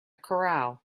corral